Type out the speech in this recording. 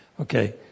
okay